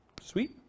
Sweet